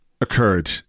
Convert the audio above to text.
occurred